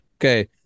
Okay